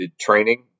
training